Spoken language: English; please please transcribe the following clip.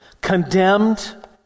condemned